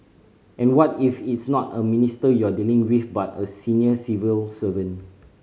and what if it's not a minister you're dealing with but a senior civil servant